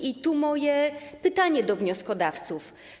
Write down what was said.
I tu moje pytanie do wnioskodawców: